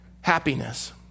Happiness